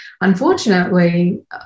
unfortunately